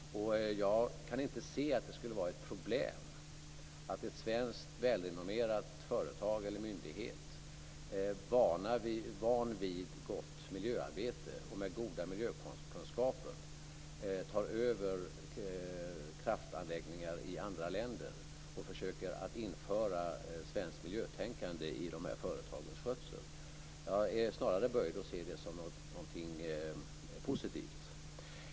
Jag kan inte se att det skulle vara ett problem att ett svenskt välrenommerat företag eller myndighet, van vid gott miljöarbete och med goda miljökunskaper, tar över kraftanläggningar i andra länder och försöker att införa svenskt miljötänkande i de här företagens skötsel. Jag är snarare böjd att se det som någonting positivt.